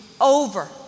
over